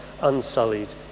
unsullied